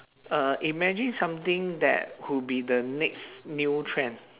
uh imagine something that could be the next new trend